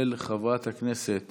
של חברת הכנסת